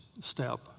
step